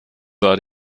sah